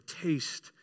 taste